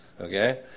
Okay